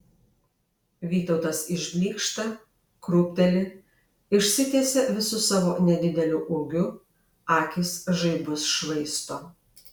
vytautas išblykšta krūpteli išsitiesia visu savo nedideliu ūgiu akys žaibus švaisto